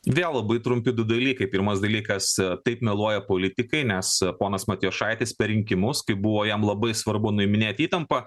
vėl labai trumpi du dalykai pirmas dalykas taip meluoja politikai nes ponas matijošaitis per rinkimus kai buvo jam labai svarbu nuiminėt įtampą